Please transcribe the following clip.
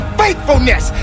faithfulness